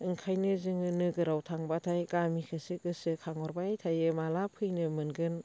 ओंखायनो जोङो नोगोराव थांबाथाय गामिखौसो गोसोखांहरबाय थायो माब्ला फैनो मोनगोन